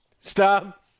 Stop